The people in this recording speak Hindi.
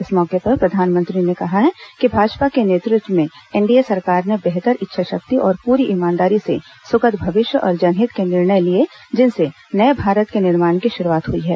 इस मौके पर प्रधानमंत्री ने कहा है कि भाजपा के नेतृत्व में एनडीए सरकार ने बेहतर इच्छाशक्ति और पूरी ईमानदारी से सुखद भविष्य और जनहित के निर्णय लिए जिनसे नए भारत के निर्माण की शुरुआत हई है